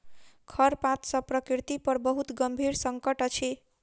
खरपात सॅ प्रकृति पर बहुत गंभीर संकट अछि